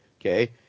Okay